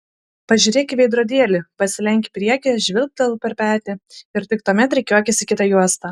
pažiūrėk į veidrodėlį pasilenk į priekį žvilgtelk per petį ir tik tuomet rikiuokis į kitą juostą